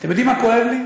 אתם יודעים מה כואב לי?